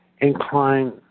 Incline